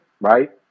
right